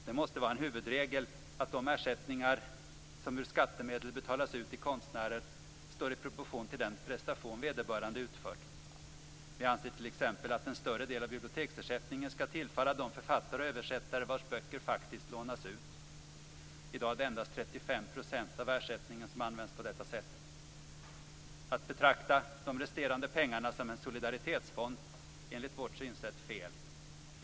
Det måste vara en huvudregel att de ersättningar som ur skattemedel betalas ut till konstnärer står i proportion till den prestation vederbörande utfört. Vi anser t.ex. att en större del av biblioteksersättningen skall tillfalla de författare och översättare vilkas böcker faktiskt lånas ut. I dag är det endast 35 % av ersättningen som används på detta sätt. Att betrakta de resterande pengarna som en solidaritetsfond är enligt vårt synsätt fel.